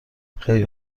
خیلی